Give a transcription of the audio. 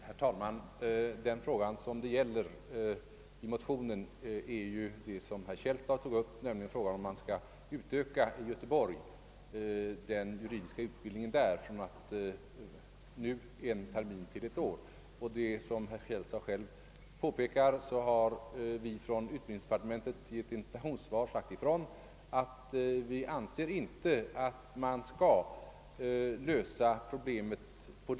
Herr talman! Frågan i motionen är ju den som herr Källstad tog upp, nämligen om man skall utöka den juridiska utbildningen i Göteborg från en termin till ett år. Som herr Källstad själv påpekade har vi i utbildningsdepartementet i ett interpellationssvar sagt ifrån att vi inte anser att problemet skall lösas på detta sätt.